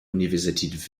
universität